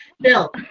bill